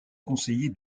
conseiller